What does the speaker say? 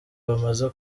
bamaze